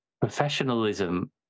professionalism